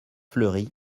fleury